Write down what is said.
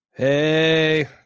Hey